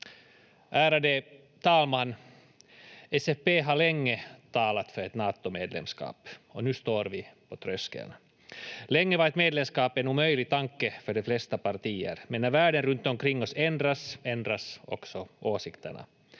Ärade talman! SFP har länge talat för ett Natomedlemskap, och nu står vi på tröskeln. Länge var ett medlemskap en omöjlig tanke för de flesta partier, men när världen runtomkring oss ändras, ändras också åsikterna.